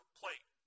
plate